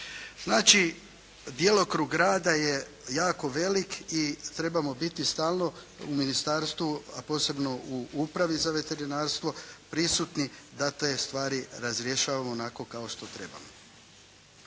Znači, djelokrug rada je jako velik i trebamo biti stalno u Ministarstvu, a posebno u upravi za veterinarstvo prisutni da te stvari razrješavamo onako kao što trebamo.